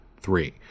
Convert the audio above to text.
three